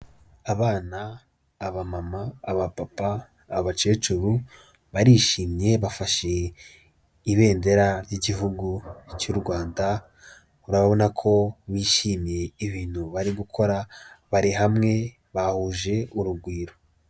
Abana, abamama, abapapa, abakecuru barishimye bafashe ibendera ry'igihugu cy'u Rwanda, urabona ko wishimiye ibintu bari gukora, bari hamwe bahuje urugwiro.